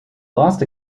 lost